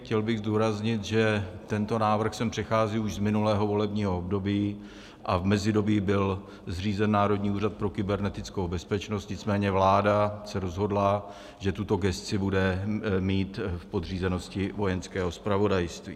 Chtěl bych zdůraznit, že tento návrh sem přechází už z minulého volebního období a v mezidobí byl zřízen Národní úřad pro kybernetickou bezpečnost, nicméně vláda se rozhodla, že tuto gesci bude mít v podřízenosti Vojenské zpravodajství.